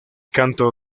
canto